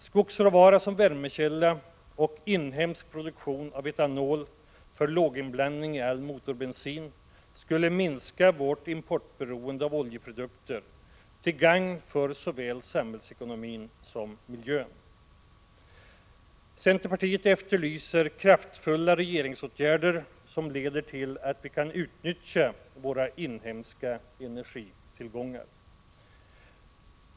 Skogsråvara som värmekälla och inhemsk produktion av etanol för låginblandning i all motorbensin skulle minska vårt importberoende av oljeprodukter till gagn för såväl samhällsekonomin som miljön. Centerpartiet efterlyser kraftfulla regeringsåtgärder som leder till att vi kan utnyttja våra inhemska energitillgångar.